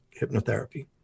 hypnotherapy